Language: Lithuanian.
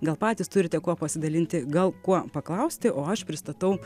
gal patys turite kuo pasidalinti gal kuo paklausti o aš pristatau